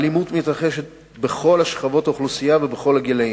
האלימות מתרחשת בכל שכבות האוכלוסייה ובכל הגילאים.